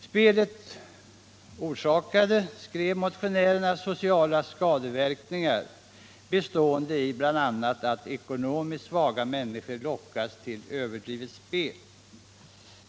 Spelet orsakade, skrev motionärerna, sociala skadeverkningar bestående i bl.a. att ekonomiskt svaga människor lockas till överdrivet spel.